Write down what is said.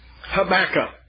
Habakkuk